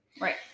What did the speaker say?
Right